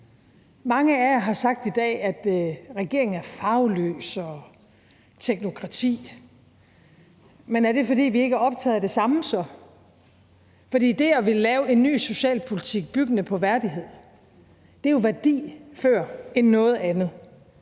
mange af jer har sagt i dag, at regeringen er farveløs og teknokratisk. Men er det, fordi vi ikke er optaget af det samme så? For det at ville lave en ny socialpolitik byggende på værdighed er jo værdi før noget andet.